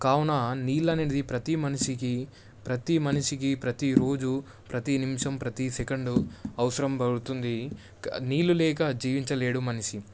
కావున నీళ్ళు అనేది ప్రతి మనిషికి ప్రతీ రోజు ప్రతి నిమిషం ప్రతి సెకండ్ అవసరం పడుతుంది నీళ్ళు లేక జీవించలేడు మనిషి